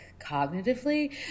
cognitively